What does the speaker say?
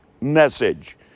message